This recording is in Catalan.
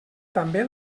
també